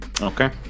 Okay